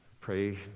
pray